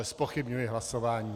Zpochybňuji hlasování.